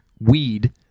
weed